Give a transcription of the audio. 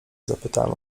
zapytałem